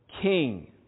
king